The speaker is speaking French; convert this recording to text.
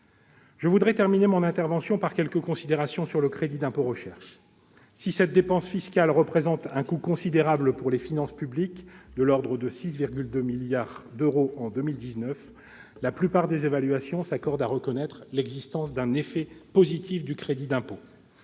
Je voudrais terminer mon intervention par quelques considérations sur le crédit d'impôt recherche, ou CIR. Si cette dépense fiscale représente un coût considérable pour les finances publiques, de l'ordre de 6,2 milliards d'euros en 2019, la plupart des évaluations s'accordent à reconnaître l'existence d'un effet positif. Pour que